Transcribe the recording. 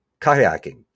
kayaking